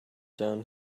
down